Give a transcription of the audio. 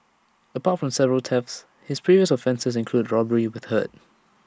apart from several thefts his previous offences include robbery with hurt